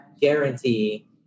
guarantee